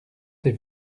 tes